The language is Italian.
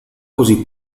così